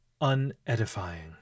unedifying